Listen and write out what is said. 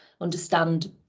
Understand